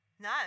No